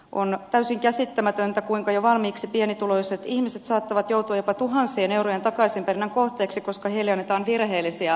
on täysin käsittämätöntä kuinka jo valmiiksi pienituloiset ihmiset saattavat joutua jopa tuhansien eurojen takaisinperinnän kohteeksi koska heille annetaan virheellisiä päätöksiä